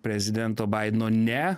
prezidento baideno ne